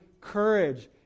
courage